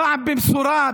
פעם במשורה,